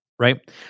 right